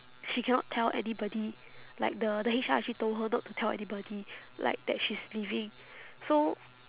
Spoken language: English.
she cannot tell anybody like the the H_R actually told her not to tell anybody like that she is leaving so